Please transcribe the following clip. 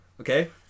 Okay